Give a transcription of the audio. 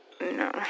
No